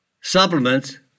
supplements